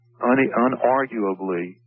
unarguably